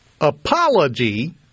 apology